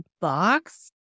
box